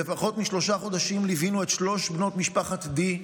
בפחות משלושה חודשים ליווינו את שלוש בנות משפחת די,